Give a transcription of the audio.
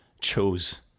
chose